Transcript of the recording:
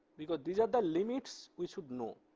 because these are the limits we should know.